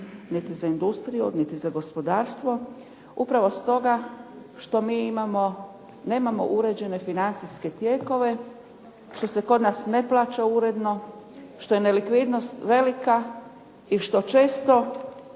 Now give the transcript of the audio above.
niti za industriju, niti za gospodarstvo upravo stoga što mi imamo, nemamo uređene financijske tijekove, što se kod nas ne plaća uredno, što je nelikvidnost velika i što često